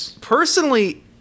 personally